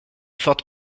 fortes